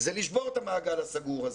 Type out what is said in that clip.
זה לשבור את המעגל הסגור הזה.